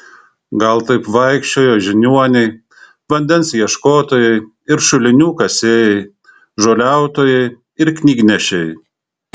gal taip vaikščiojo žiniuoniai vandens ieškotojai ir šulinių kasėjai žoliautojai ir knygnešiai